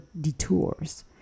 detours